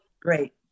great